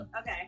okay